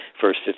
first